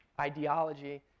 ideology